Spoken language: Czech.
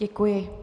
Děkuji.